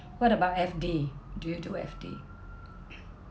what about F_D do you do F_D